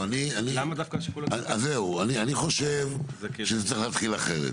אני חושב שזה צריך להתחיל אחרת.